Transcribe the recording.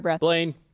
Blaine